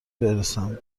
برسم